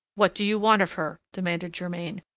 what do you want of her? demanded germain,